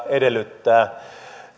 edellyttää